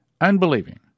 unbelieving